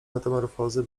metamorfozy